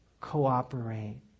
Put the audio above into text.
cooperate